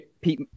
pete